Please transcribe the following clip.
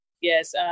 yes